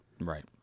Right